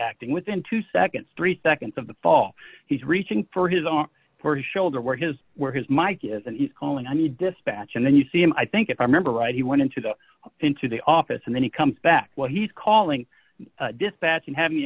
acting within two seconds three seconds of the fall he's reaching for his arm for shoulder where his where his mike is and he's calling on the dispatch and then you see him i think if i remember right he wanted to go into the office and then he comes back what he's calling dispatch and having the